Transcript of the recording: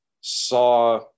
saw